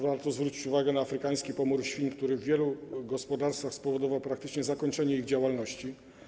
Warto zwrócić uwagę na afrykański pomór świń, który w wielu gospodarstwach spowodował praktycznie zakończenie ich działalności.